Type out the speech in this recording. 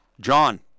John